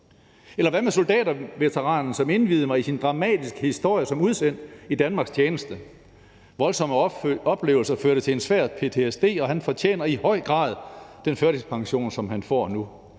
Eller hvad med soldaterveteranen, som indviede mig i sin dramatiske historie som udsendt i Danmarks tjeneste? Voldsomme oplevelser førte til en svær ptsd, og han fortjener i høj grad den førtidspension, som han får nu.